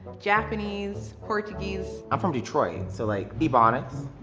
japanese, portuguese. i'm from detroit, so like, ebonics.